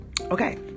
okay